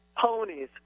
ponies